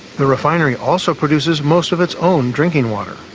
the refinery also produces most of its own drinking water.